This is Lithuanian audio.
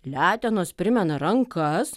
letenos primena rankas